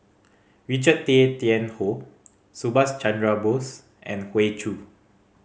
Richard Tay Tian Hoe Subhas Chandra Bose and Hoey Choo